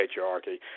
patriarchy